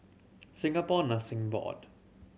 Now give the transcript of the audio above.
Singapore Nursing Board